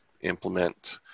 implement